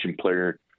player